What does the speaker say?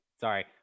Sorry